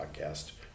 podcast